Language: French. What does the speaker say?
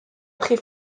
pris